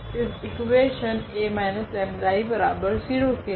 इस equation A 𝜆I0 के लिए